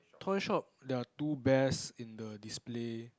top shop there are two bears in the display